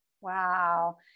wow